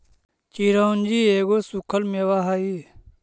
चिरौंजी एगो सूखल मेवा हई